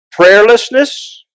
Prayerlessness